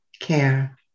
care